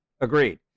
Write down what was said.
Agreed